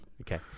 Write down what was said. Okay